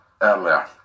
earlier